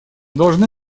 должны